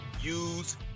use